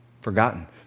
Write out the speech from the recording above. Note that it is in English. Forgotten